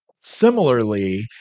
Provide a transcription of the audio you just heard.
similarly